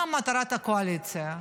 מה מטרת הקואליציה?